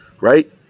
Right